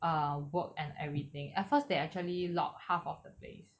uh work and everything at first they actually lock half of the place